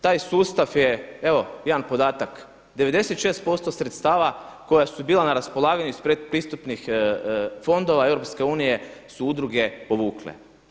Taj sustav je evo jedan podatak 96% sredstava koja su bila na raspolaganju iz pretpristupnih fondova EU su udruge povukle.